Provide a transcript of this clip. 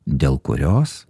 dėl kurios